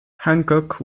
hancock